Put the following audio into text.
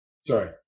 sorry